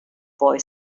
boy